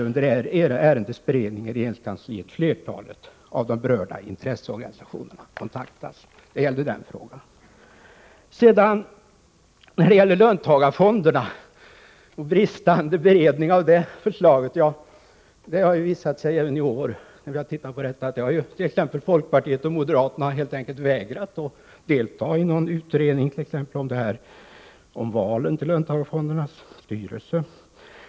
Under ärendets hela beredning i regeringskansliet hade dessutom flertalet av de berörda intresseorganisationerna kontaktats. Här talades vidare om löntagarfonderna och bristande beredning av det förslaget. När vi behandlade den frågan har det visat sig att folkpartiet och moderaterna även i år helt enkelt har vägrat att delta i t.ex. en utredning om valen till löntagarfondernas styrelser.